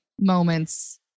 moments